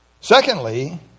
Secondly